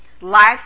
life